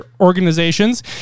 organizations